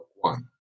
one